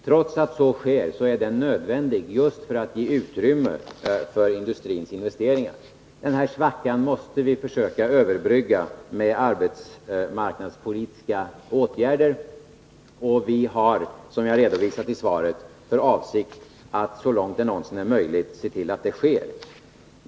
Trots att så sker är den åtstramningen nödvändig för att det skall ges utrymme för industrins investeringar. Den här svackan måste vi försöka överbrygga med arbetsmarknadspolitiska åtgärder — och vi har, som jag redovisat i svaret, för avsikt att så långt det någonsin är möjligt se till att så sker.